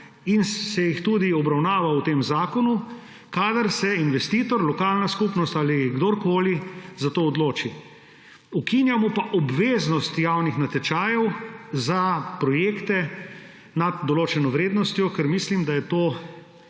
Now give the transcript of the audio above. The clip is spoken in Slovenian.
in se jih tudi obravnava v tem zakonu, kadar se investitor, lokalna skupnost ali kdorkoli za to odloči. Ukinjamo pa obveznost javnih natečajev za projekte nad določeno vrednostjo, ker mislim, da je to